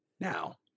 Now